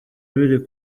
biri